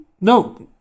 no